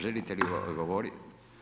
Želite li odgovoriti?